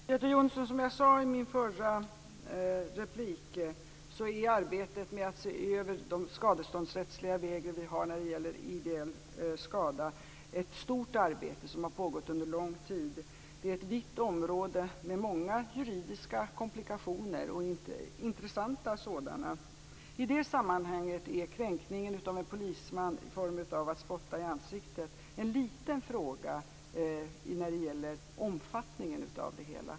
Fru talman! Göte Jonsson, som jag sade i mitt förra inlägg är arbetet med att se över de skadeståndsrättsliga regler vi har när det gäller ideell skada ett stort arbete som har pågått under lång tid. Det är ett vitt område med många juridiska komplikationer, intressanta sådana. I det sammanhanget är kränkningen av en polisman i form av att han blir spottad i ansiktet en liten fråga när det gäller omfattningen av det hela.